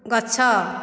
ଗଛ